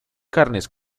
carnes